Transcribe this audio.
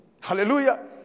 Hallelujah